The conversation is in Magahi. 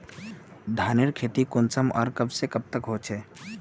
धानेर खेती कुंसम आर कब से कब तक होचे?